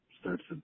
starts